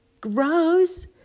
Gross